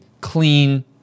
clean